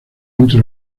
entre